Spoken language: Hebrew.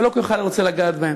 ולא כל אחד רוצה לגעת בהם,